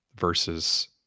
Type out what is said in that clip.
versus